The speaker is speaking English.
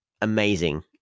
Amazing